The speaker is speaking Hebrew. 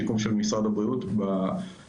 שיקום של משרד הבריאות בשנתיים,